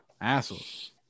Assholes